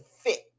fit